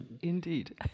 Indeed